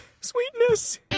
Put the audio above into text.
Sweetness